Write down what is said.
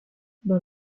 dans